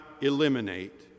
eliminate